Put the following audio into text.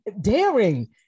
daring